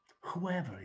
whoever